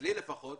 אצלי לפחות,